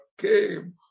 came